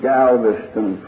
Galveston